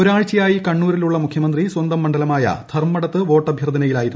ഒരാഴ്ചയായി കണ്ണൂരിലുള്ള മുഖ്യമന്ത്രി സ്വന്തം മണ്ഡലമായ ധർമ്മടത്ത് വോട്ടഭ്യർഥനയിലായിരുന്നു